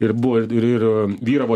ir buvo ir ir vyravo